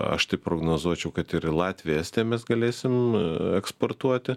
aš tai prognozuočiau kad ir į latviją estiją mes galėsim eksportuoti